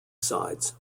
sides